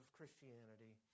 Christianity